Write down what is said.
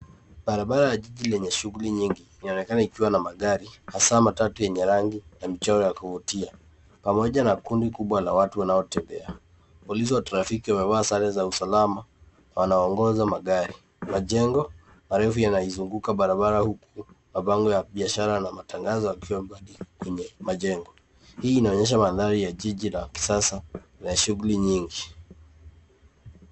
Barabara ya jiji lenye shughuli nyingi. Inaonekana kuna magari hasa matatu yenye rangi ya michoro ya kuvutia. Polisi wa trafiki wamevaa sare za usalama na wanaongoza magari. Majengo marefu yanazunguka barabara huku inaonyesha mandhari ya jiji la kisasa la shughuli nyingi.